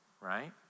right